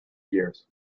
years